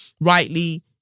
rightly